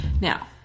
Now